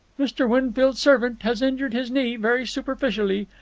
mr. winfield's servant has injured his knee very superficially.